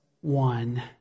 one